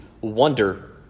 wonder